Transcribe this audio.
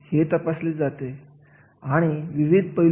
आपण येथे छान उदाहरण देऊ शकतो ते म्हणजे विविध जाहिराती